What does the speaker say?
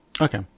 Okay